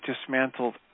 dismantled